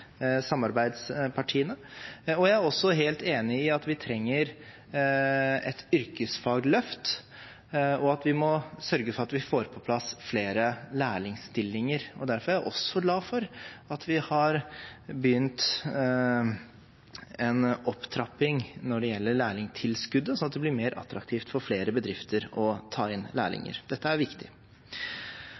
samarbeidspartiene. Jeg er også helt enig i at vi trenger et yrkesfagløft, og at vi må sørge for at vi får på plass flere lærlingstillinger. Derfor er jeg også glad for at vi har begynt med en opptrapping når det gjelder lærlingtilskuddet, slik at det blir attraktivt for flere bedrifter å ta inn lærlinger. Dette er viktig.